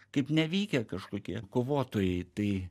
kaip nevykę kažkokie kovotojai tai